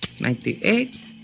ninety-eight